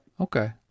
Okay